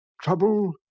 Trouble